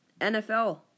NFL